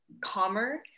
calmer